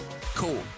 Cool